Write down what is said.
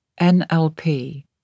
NLP